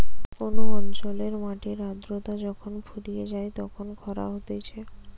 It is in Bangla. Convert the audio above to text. কোন অঞ্চলের মাটির আদ্রতা যখন ফুরিয়ে যায় তখন খরা হতিছে